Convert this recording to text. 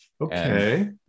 Okay